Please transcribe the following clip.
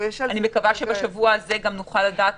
אני מקווה שבשבוע הזה גם נוכל לדעת